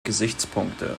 gesichtspunkte